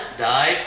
died